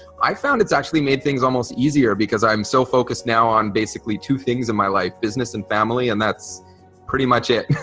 i found it's actually made things almost easier because i'm so focused now on basically two things in my life business and family and that's pretty much it